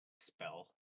spell